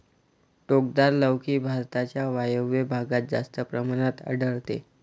टोकदार लौकी भारताच्या वायव्य भागात जास्त प्रमाणात आढळते